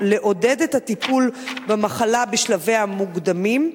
לעודד את הטיפול במחלה בשלביה המוקדמים,